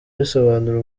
risobanura